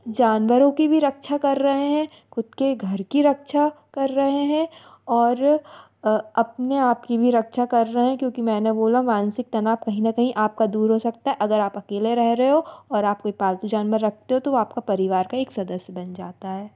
जानवरों की भी रक्षा कर रहें हैं ख़ुद के घर की रक्षा कर रहे हैं और अपने आप की भी रक्षा कर रहे हैं क्योंकि मैंने बोला मानसिक तनाव कहीं ना कहीं आप का दूर हो सकता है अगर आप अकेले रह रहें हों और आप कोई पालतू जानवर रकते हों तो वो आप का परिवार का एक सदस्य बन जाता है